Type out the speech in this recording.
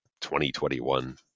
2021